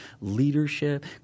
leadership